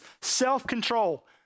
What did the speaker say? self-control